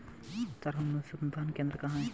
चारा अनुसंधान केंद्र कहाँ है?